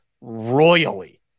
royally